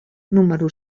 número